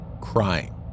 crying